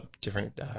different